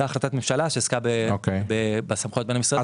שעסקה בסמכויות בין המשרדים.